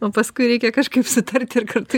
o paskui reikia kažkaip sutarti ir kartu